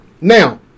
Now